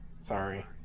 Sorry